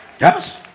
Yes